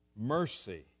mercy